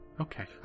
okay